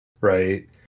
right